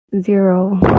Zero